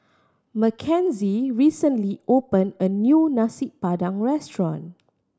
Mackenzie recently opened a new Nasi Padang restaurant